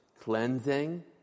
cleansing